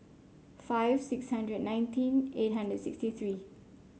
five six hundred and nineteen eight hundred sixty three